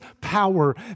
power